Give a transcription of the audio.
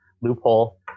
loophole